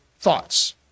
thoughts